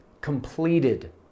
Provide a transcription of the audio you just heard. completed